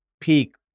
peak